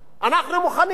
אנחנו מוכנים.